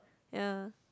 ya